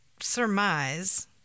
surmise